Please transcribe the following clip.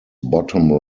bottom